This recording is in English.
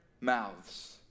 mouths